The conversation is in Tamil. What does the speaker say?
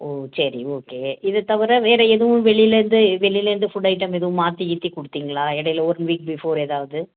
ஓ சரி ஓகே இது தவிர வேறு எதுவும் வெளிலேருந்து வெளிலேருந்து ஃபுட் ஐட்டம் எதுவும் மாற்றி கீற்றி கொடுத்தீங்களா இடையில ஒன் வீக் பிஃபோர் ஏதாவது